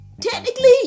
Technically